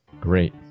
Great